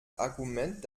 argument